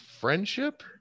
friendship